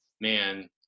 man